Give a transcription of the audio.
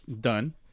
Done